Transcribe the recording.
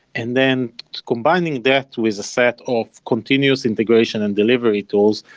and then combining that with a set of continuous integration and delivery tools,